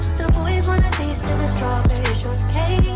boys want a taste of the strawberry shortcake